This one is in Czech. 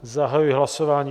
Zahajuji hlasování.